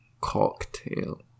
cocktail